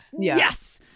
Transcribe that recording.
yes